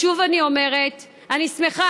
שוב אני אומרת: אני שמחה